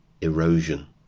erosion